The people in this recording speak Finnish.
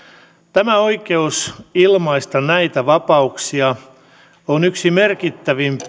tämä oikeus ilmaista näitä vapauksia on yksi merkittävimpiä